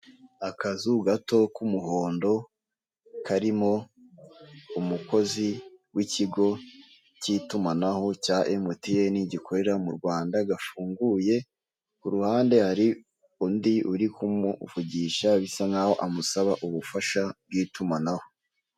Akazu gato k'umuhondo karimo umukozi w'ikigo cy'itumanaho cya emutiyene ( MTN) gikorera mu Rwanda gafunguye ,kuruhande hari undi uri kumuvugisha bisa nk'aho amusaba ubufasha bw'itumanaho.